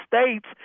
States